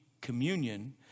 communion